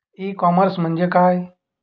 E commerce म्हणजे काय?